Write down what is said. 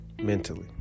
mentally